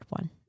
one